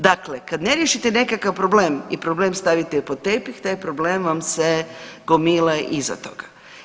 Dakle, kad ne riješite nekakav problem i problem stavite pod tepih taj problem vam se gomila iza toga.